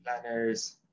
planners